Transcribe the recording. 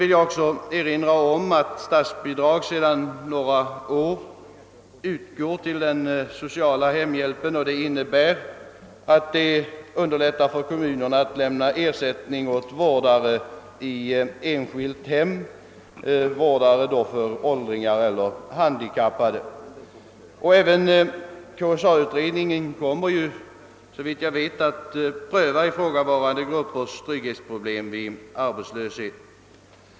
vill vidare erinra om att statsbidrag sedan några år utgått till den sociala hemhjälpen, vilket underlättar för kommunerna att lämna ersättning åt vårdare av åldringar och handikappade i enskilt hem. även KSA-utredningen kommer, såvitt jag vet, att pröva ifrågavarande gruppers trygghetsproblem vid arbetslöshet.